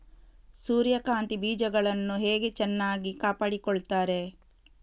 ಸೂರ್ಯಕಾಂತಿ ಬೀಜಗಳನ್ನು ಹೇಗೆ ಚೆನ್ನಾಗಿ ಕಾಪಾಡಿಕೊಳ್ತಾರೆ?